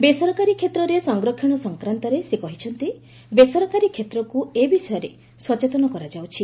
ବେସରକାରୀ କ୍ଷେତ୍ରରେ ସଂରକ୍ଷଣ ସଂକ୍ରାନ୍ତରେ ସେ କହିଛନ୍ତି ବେସରକାରୀ କ୍ଷେତ୍ରକୁ ଏ ବିଷୟରେ ସଚେତନ କରାଯାଉଛି